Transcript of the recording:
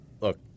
Look